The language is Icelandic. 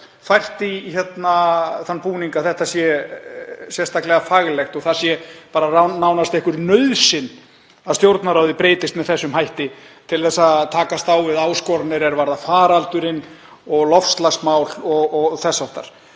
fært í þann búning að þetta sé sérstaklega faglegt og það sé nánast nauðsyn að Stjórnarráðið breytist með þessum hætti til að takast á við áskoranir er varða faraldurinn og loftslagsmál og þess háttar.